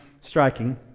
striking